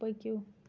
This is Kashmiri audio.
پٔکِو